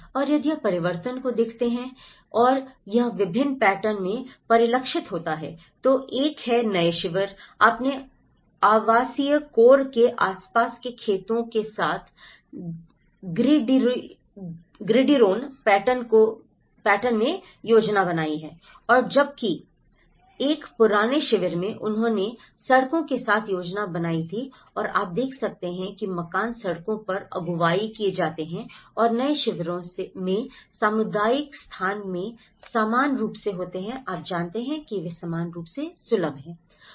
और यदि आप परिवर्तन को देखते हैं और यह विभिन्न पैटर्न में परिलक्षित होता है तो एक है नए शिविर आपने आवासीय कोर के आसपास के खेतों के साथ ग्रिडिरोन पैटर्न में योजना बनाई है और जबकि एक पुराने शिविर में उन्होंने सड़कों के साथ योजना बनाई थी और आप देख सकते हैं कि मकान सड़कों पर अगुवाई की जाती है और नए शिविरों में सामुदायिक स्थान भी समान रूप से होते हैं आप जानते हैं कि वे समान रूप से सुलभ हैं